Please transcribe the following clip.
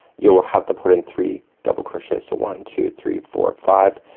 you will have to put in three double crochet. so one two three four five,